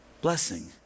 blessing